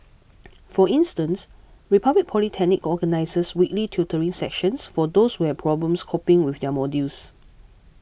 for instance Republic Polytechnic organises weekly tutoring sessions for those who have problems coping with their modules